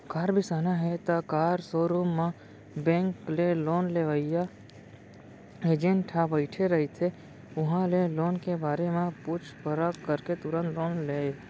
car बिसाना हे त कार सोरूम म बेंक ले लोन देवइया एजेंट ह बइठे रहिथे उहां ले लोन के बारे म पूछ परख करके तुरते लोन ले ले